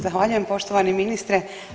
Zahvaljujem poštovani ministre.